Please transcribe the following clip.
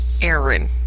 Aaron